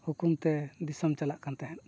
ᱦᱩᱠᱩᱢᱛᱮ ᱫᱤᱥᱚᱢ ᱪᱟᱞᱟᱜ ᱠᱟᱱ ᱛᱟᱦᱮᱸᱜ